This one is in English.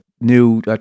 new